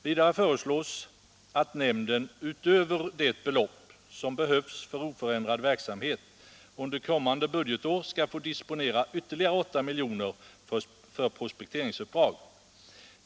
Vidare föreslås att nämnden — utöver det belopp som behövs för oförändrad verksamhet — under kommande budgetår skall få disponera ytterligare 8 milj.kr. för prospekteringsuppdrag.